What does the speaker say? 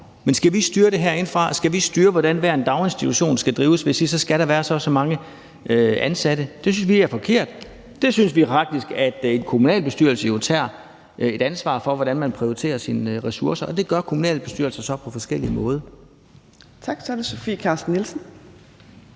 Men skal vi styre det herindefra? Skal vi styre, hvordan hver daginstitution skal drives, ved at sige, at så skal der være så og så mange ansatte? Det synes vi er forkert. Der synes vi faktisk, at en kommunalbestyrelse jo tager et ansvar for, hvordan man prioriterer sine ressourcer, og det gør kommunalbestyrelser så på forskellige måder.